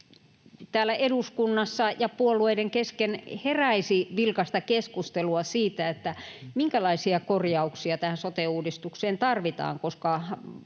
täällä eduskunnassa ja puolueiden kesken heräisi vilkasta keskustelua siitä, minkälaisia korjauksia tähän sote-uudistukseen tarvitaan, koska